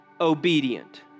obedient